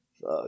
fuck